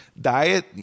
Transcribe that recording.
Diet